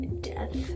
death